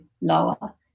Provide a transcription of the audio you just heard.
lower